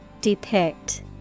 Depict